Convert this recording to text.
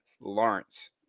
Lawrence